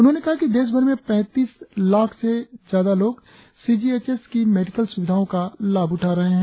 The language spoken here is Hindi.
उन्होंने कहा कि देशभर में पैतीस लाख़ से ज्यादा लोग सी जी एस एस की मेडिकल सुविधाओं का लाभ उठा रहे है